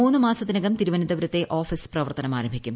മൂന്നു മാസ്ത്തിനകം തിരുവനന്തപുരത്തെ ഓഫീസ് പ്രവർത്തനം ആരംഭിക്കും